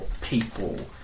people